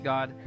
God